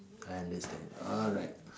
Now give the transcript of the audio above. I understand alright